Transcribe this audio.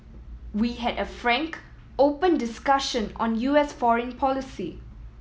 we had a frank open discussion on U S foreign policy